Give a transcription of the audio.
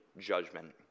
judgment